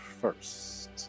first